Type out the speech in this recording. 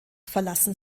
verlassen